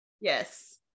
yes